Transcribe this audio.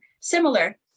similar